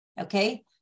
Okay